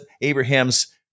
Abraham's